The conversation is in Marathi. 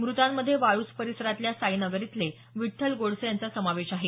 मृतांमध्ये वाळूज परिसरातल्या साईनगर इथले विठ्ठल गोडसे यांचा समावेश आहे